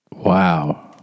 Wow